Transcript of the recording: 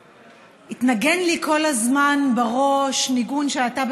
והתנגן לי כל הזמן בראש ניגון שאתה,